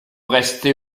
restez